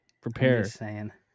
Prepare